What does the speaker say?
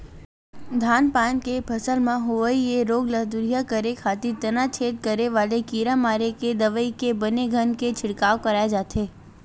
धान पान के फसल म होवई ये रोग ल दूरिहा करे खातिर तनाछेद करे वाले कीरा मारे के दवई के बने घन के छिड़काव कराय जाथे